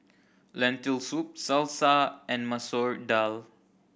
Lentil Soup Salsa and Masoor Dal